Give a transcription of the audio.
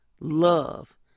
love